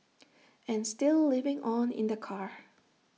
and still living on in the car